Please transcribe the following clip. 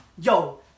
Yo